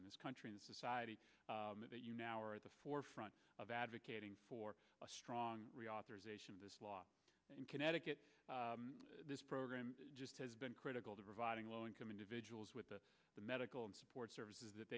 in this country and society that you now are at the forefront of advocating for a strong reauthorization of this law in connecticut this program has been critical to providing low income individuals with the medical and support services that